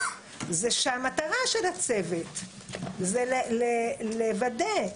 זה שהמטרה של הצוות זה לוודא,